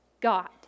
God